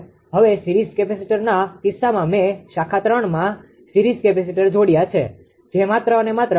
હવે સીરીઝ કેપેસિટરના કિસ્સામાં મેં શાખા 3 માં સીરીઝ કેપેસીટર જોડ્યા છે જે માત્ર અને માત્ર અહીં જ છે